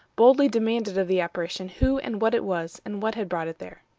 boldly demanded of the apparition who and what it was, and what had brought it there.